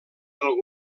del